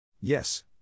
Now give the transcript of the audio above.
Yes